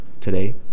today